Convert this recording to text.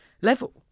level